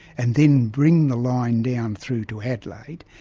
and then bring the line down through to adelaide,